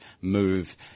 move